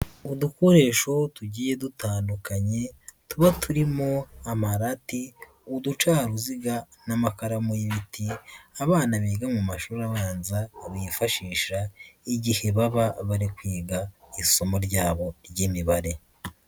Udukoresho tugiye dutandukanye, tuba turimo amarati, uducaruziga n'amakaramu y'ibiti, abana biga mu mashuri abanza bifashisha, igihe baba bari kwiga isomo ryabo ry'imibare.